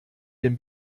den